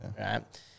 right